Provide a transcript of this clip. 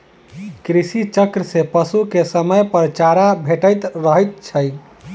कृषि चक्र सॅ पशु के समयपर चारा भेटैत रहैत छै